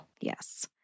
Yes